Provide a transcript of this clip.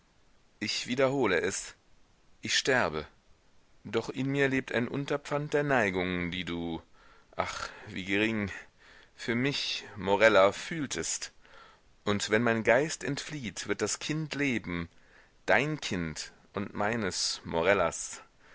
ich wiederhole es ich sterbe doch in mir lebt ein unterpfand der neigung die du ach wie gering für mich morella fühltest und wenn mein geist entflieht wird das kind leben dein kind und meines morellas